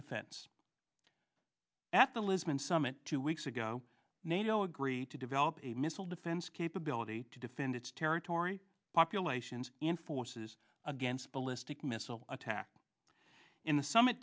summit two weeks ago nato agreed to develop a missile defense capability to defend its territory populations and forces against ballistic missile attack in the summ